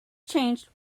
changed